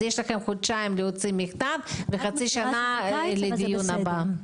יש לכם כחודשיים להוציא מכתב וחצי שנה לדיון הבא.